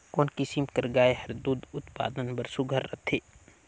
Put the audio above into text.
कोन किसम कर गाय हर दूध उत्पादन बर सुघ्घर रथे?